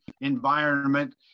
environment